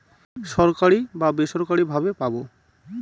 সরকারি বা বেসরকারি ভাবে পাবো